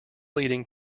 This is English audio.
leading